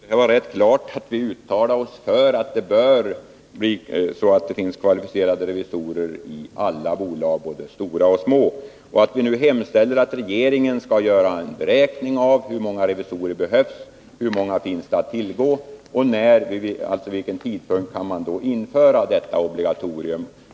Herr talman! Jag tycker att det här är rätt klart. Vi uttalar oss för att det bör finnas kvalificerade revisorer i alla bolag, både stora och små. Vi hemställer därför nu att regeringen skall göra en beräkning av hur många revisorer det behövs, hur många som finns att tillgå och vid vilken tidpunkt man kan införa ett obligatorium.